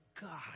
God